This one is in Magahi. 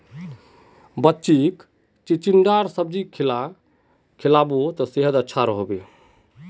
बच्चीक चिचिण्डार सब्जी खिला सेहद अच्छा रह बे